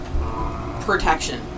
protection